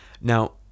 now